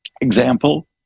Example